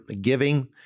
giving